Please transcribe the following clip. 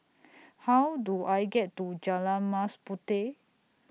How Do I get to Jalan Mas Puteh